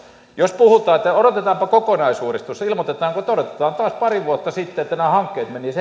jos puhutaan että odotetaanpa kokonaisuudistusta ja ilmoitetaan että odotetaan taas pari vuotta että nämä hankkeet menisivät eteenpäin